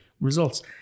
results